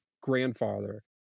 grandfather